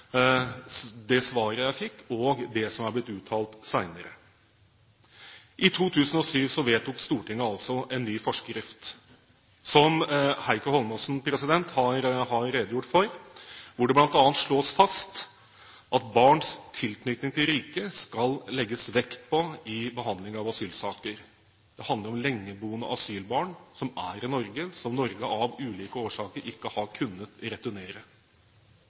I 2007 vedtok Stortinget altså en ny forskrift, som Heikki Holmås har redegjort for, hvor det bl.a. slås fast at barns tilknytning til riket skal legges vekt på i behandlingen av asylsaker. Det handler om lengeboende asylbarn, som er i Norge, og som Norge av ulike årsaker ikke har kunnet returnere.